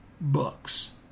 books